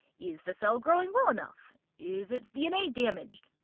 is the cell growing well enough? is its dna damaged?